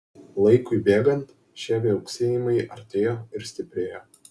laikui bėgant šie viauksėjimai artėjo ir stiprėjo